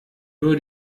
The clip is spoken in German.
nur